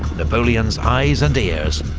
napoleon's eyes and ears,